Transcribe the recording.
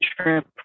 trip